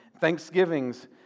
thanksgivings